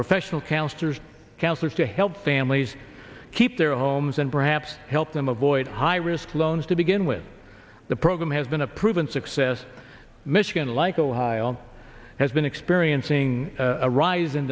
professional counselors counselors to help families keep their homes and perhaps help them avoid high risk loans to begin with the program has been a proven success michigan like ohio has been experiencing a ris